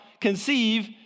conceive